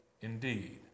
indeed